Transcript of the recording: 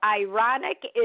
ironic